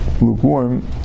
lukewarm